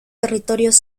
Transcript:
territorios